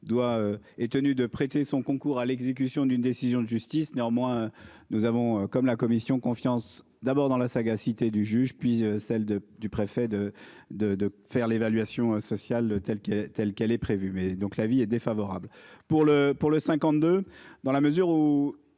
et tenu de prêter son concours à l'exécution d'une décision de justice. Néanmoins nous avons comme la commission confiance d'abord dans la saga cités du juge puis celle de du préfet de de de faire l'évaluation sociale telle qu'il telle qu'elle est prévu mais donc l'avis est défavorable pour le pour le 52 dans la mesure où